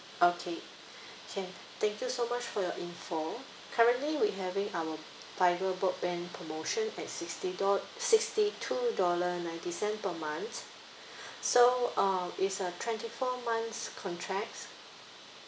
okay can thank you so much for your info currently we having our fibre broadband promotion at sixty dol~ sixty two dollar ninety cent per month so um it's a twenty four months contracts